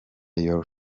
your